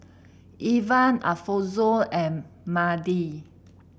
Evan Alfonzo and Madie